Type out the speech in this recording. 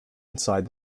inside